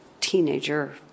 teenager